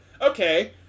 Okay